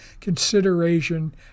consideration